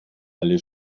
alle